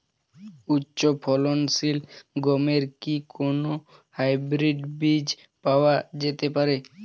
উচ্চ ফলনশীল গমের কি কোন হাইব্রীড বীজ পাওয়া যেতে পারে?